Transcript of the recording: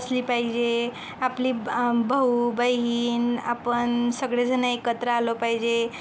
असली पाहिजे आपली ब भाऊ बहीण आपण सगळेजणं एकत्र आलो पाहिजे